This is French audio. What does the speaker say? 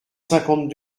cinquante